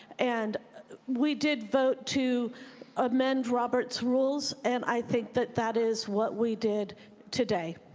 and we did vote to amend roberts rules and i think that that is what we did today.